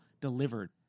delivered